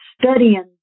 studying